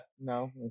No